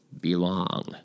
belong